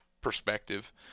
perspective